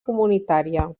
comunitària